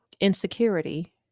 insecurity